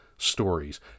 stories